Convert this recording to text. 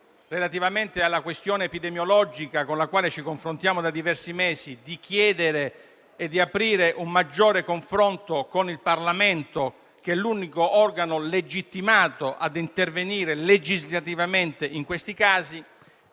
relativamente alla questione epidemiologica, con la quale ci confrontiamo da diversi mesi, invece di chiedere e di aprire un maggiore confronto con il Parlamento, che è l'unico organo legittimato ad intervenire legislativamente in questi casi,